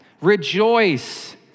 rejoice